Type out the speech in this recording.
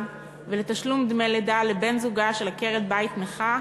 ולתשלום דמי לידה לבן-זוגה של עקרת-בית נכה,